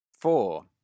Four